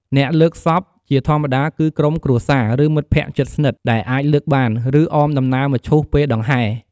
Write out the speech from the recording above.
អ្នកលើកសព ជាធម្មតាគឺក្រុមគ្រួសារ ឬមិត្តភ័ក្តិជិតស្និទ្ធ ដែលអាចលើកបាន ឬអមដំណើរមឈូសពេលដង្ហែ។